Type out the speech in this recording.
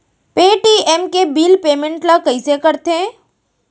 Paytm के bill payment ल कइसे करथे?